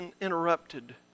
interrupted